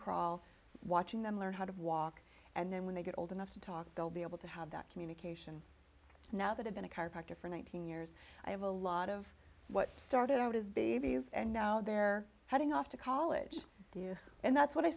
crawl watching them learn how to walk and then when they get old enough to talk they'll be able to have that communication now that i've been a chiropractor for nineteen years i have a lot of what started out as babies and now they're heading off to college do you and that's what i